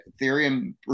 Ethereum